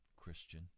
Christian